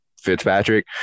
Fitzpatrick